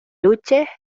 luches